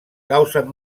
causen